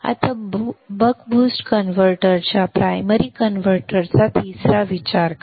आता buck boost कन्व्हर्टरचा primary कन्व्हर्टरचा तिसरा विचार करा